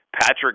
Patrick